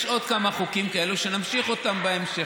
יש עוד כמה חוקים כאלה שנמשיך אותם בהמשך.